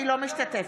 לא משתתפת?